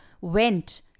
went